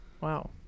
Wow